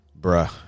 Bruh